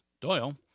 Doyle